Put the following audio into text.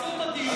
תעצרו את הדיון.